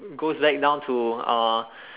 goes back down to uh